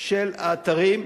של האתרים,